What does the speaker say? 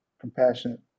compassionate